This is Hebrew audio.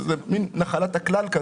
זה מין נחלת הכלל.